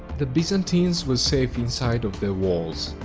the byzantines were safe inside of their walls.